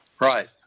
Right